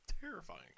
terrifying